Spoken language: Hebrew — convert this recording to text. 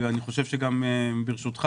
וברשותך,